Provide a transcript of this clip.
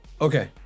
Okay